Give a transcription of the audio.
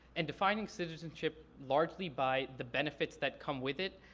and defining citizenship largely by the benefits that come with it,